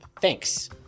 Thanks